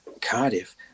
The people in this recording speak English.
Cardiff